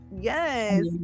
yes